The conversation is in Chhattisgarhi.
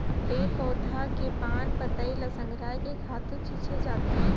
पेड़ पउधा के पान पतई ल संघरायके खातू छिछे जाथे